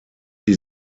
die